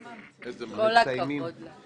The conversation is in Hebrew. פששש, כן, כל הכבוד להם.